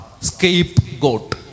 Scapegoat